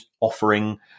offering